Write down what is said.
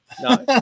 No